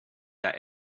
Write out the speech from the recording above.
that